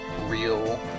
real